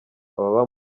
ababa